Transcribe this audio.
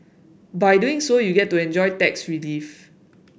by doing so you get to enjoy tax relief